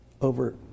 over